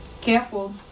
careful